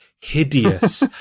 hideous